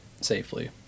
safely